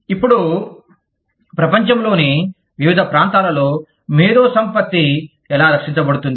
ఇప్పుడు ప్రపంచంలోని వివిధ ప్రాంతాలలో మేధో సంపత్తి ఎలా రక్షించబడుతుంది